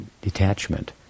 Detachment